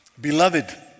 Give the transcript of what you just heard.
Beloved